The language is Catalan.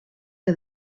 que